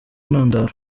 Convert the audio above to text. ntandaro